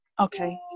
okay